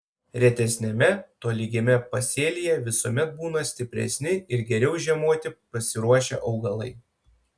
retesniame tolygiame pasėlyje visuomet būna stipresni ir geriau žiemoti pasiruošę augalai